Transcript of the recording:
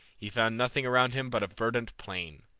he found nothing around him but a verdant plain.